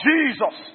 Jesus